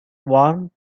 warm